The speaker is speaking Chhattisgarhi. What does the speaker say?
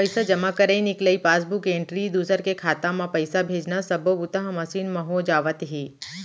पइसा जमा करई, निकलई, पासबूक एंटरी, दूसर के खाता म पइसा भेजना सब्बो बूता ह मसीन म हो जावत हे